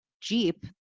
Jeep